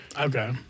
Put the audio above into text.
Okay